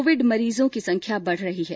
Covid मरीजों की संख्या बढ़ रही है